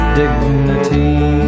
dignity